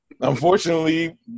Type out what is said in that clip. unfortunately